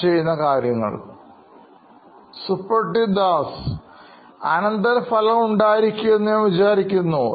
Suprativ Das CTO Knoin Electronics അനന്തരഫലങ്ങൾ ഉണ്ടായിരിക്കും എന്ന് ഞാൻ വിചാരിക്കുന്നു